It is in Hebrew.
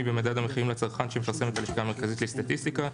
במדד המחירים לצרכן שמפרסמת הלשכה המרכזית לסטטיסטיקה,